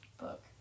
book